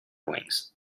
wings